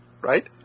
Right